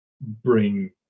bring